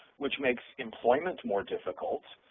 which makes employment more difficult,